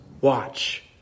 Watch